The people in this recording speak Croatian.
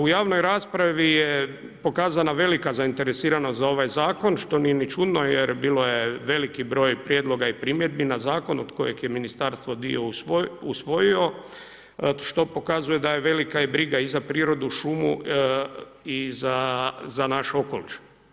U javnoj raspravi je pokazana velika zainteresiranost za ovaj zakon što nije ni čudno jer bilo je veliki broj prijedloga i primjedbi na zakon od kojeg je ministarstvo dio usvojio, što pokazuje da je i velika briga i za prirodu, šumu i za naš okoliš.